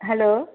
hello